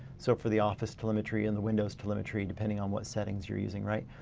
so for the office telemetry, and the windows telemetry, depending on what settings you're using right?